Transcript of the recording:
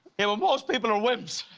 and most people are wimps.